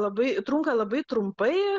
labai trunka labai trumpai